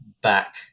back